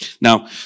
Now